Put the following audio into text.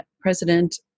President